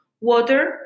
water